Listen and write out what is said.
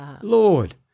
Lord